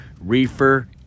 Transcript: reefer